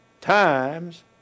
times